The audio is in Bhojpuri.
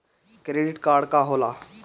क्रेडिट कार्ड का होला?